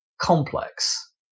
complex